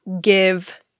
give